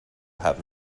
have